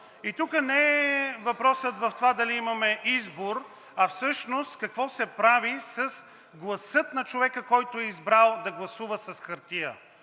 И тук въпросът не е в това дали имаме избор, а какво се прави с гласа на човека, който е избрал да гласува с хартия.